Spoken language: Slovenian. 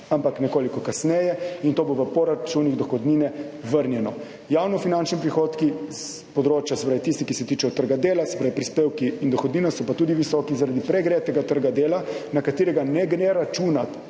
ampak nekoliko kasneje. In to bo v poračunih dohodnine vrnjeno. Javno finančni prihodki s področja, se pravi tisti, ki se tičejo trga dela, se pravi prispevki in dohodnine so pa tudi visoki zaradi pregretega trga dela, na katerega ne gre računati